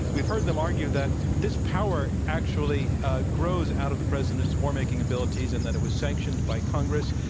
we've heard them argue that this power actually grows out of the president's war-making abilities and that it was sanctioned by congress.